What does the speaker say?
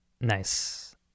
Nice